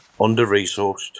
under-resourced